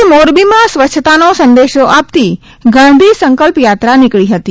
આજે મોરબીમાં સ્વચ્છતાનો સંદેશો આપતી ગાંધી સંકલ્પયાત્રા નીકળી હતી